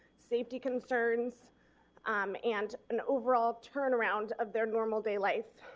safety concerns um and an overall turnaround of their normal day life.